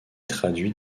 traduit